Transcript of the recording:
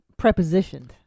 prepositioned